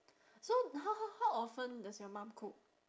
so how how how often does your mom cook